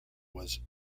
was